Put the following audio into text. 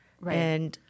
right